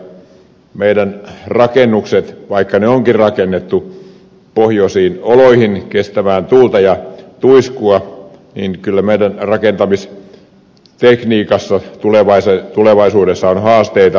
vaikka meidän rakennuksemme onkin rakennettu pohjoisiin oloihin kestämään tuulta ja tuiskua niin kyllä meidän rakentamistekniikassa tulevaisuudessa on haasteita